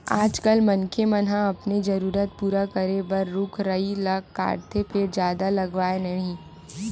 आजकाल मनखे मन ह अपने जरूरत पूरा करे बर रूख राई ल काटथे फेर जादा लगावय नहि